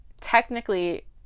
technically